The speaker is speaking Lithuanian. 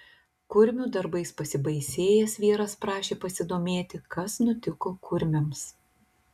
kurmių darbais pasibaisėjęs vyras prašė pasidomėti kas nutiko kurmiams